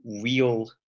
real